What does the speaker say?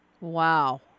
Wow